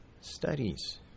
studies